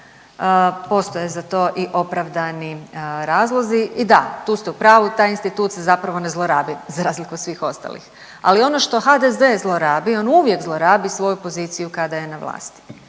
postoje za to i opravdani razlozi i da tu ste u pravu taj institut se zapravo ne zlorabi za razliku od svih ostalih, ali ono što HDZ zlorabi on uvijek zlorabi svoju poziciju kada je na vlasti,